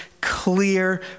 clear